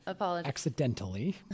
accidentally